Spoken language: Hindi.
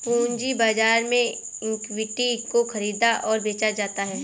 पूंजी बाजार में इक्विटी को ख़रीदा और बेचा जाता है